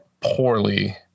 poorly